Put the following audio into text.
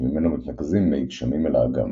שממנו מתנקזים מי גשמים אל האגם.